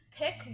pick